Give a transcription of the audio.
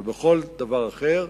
אבל בכל דבר אחר,